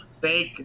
fake